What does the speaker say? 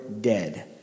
dead